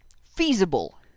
feasible